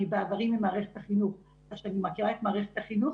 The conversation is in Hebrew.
אני בעברי ממערכת החינוך כך שאני מכירה את מערכת החינוך